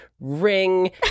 ring